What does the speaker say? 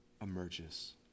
emerges